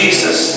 Jesus